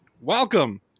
Welcome